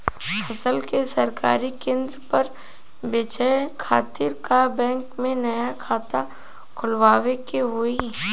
फसल के सरकारी केंद्र पर बेचय खातिर का बैंक में नया खाता खोलवावे के होई?